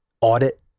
audit